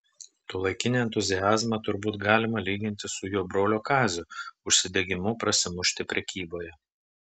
tuolaikinį entuziazmą turbūt galima lyginti su jo brolio kazio užsidegimu prasimušti prekyboje